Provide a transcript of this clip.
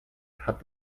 hat